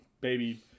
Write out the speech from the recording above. baby